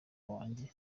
wanjye